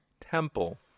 temple